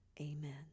Amen